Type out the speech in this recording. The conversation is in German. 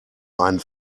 einen